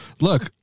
look